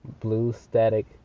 BlueStatic